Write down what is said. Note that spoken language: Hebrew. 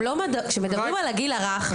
כשמדברים על הגיל הרך,